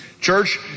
church